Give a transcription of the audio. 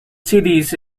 cities